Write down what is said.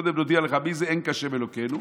קודם נודיע לך מי זה "אין כה' אלקינו",